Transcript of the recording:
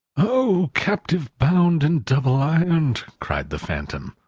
oh! captive, bound, and double-ironed, cried the phantom,